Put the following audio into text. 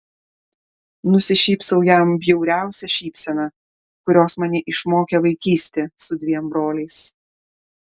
nusišypsau jam bjauriausia šypsena kurios mane išmokė vaikystė su dviem broliais